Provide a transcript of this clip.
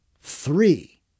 three